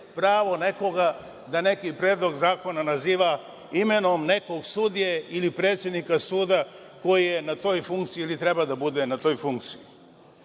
pravo nekoga da neki predlog zakona naziva imenom nekog sudije ili predsednika suda koji je na toj funkciji ili treba da bude na toj funkciji. Mi